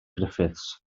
griffiths